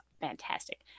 fantastic